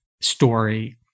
story